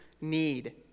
need